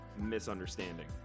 misunderstanding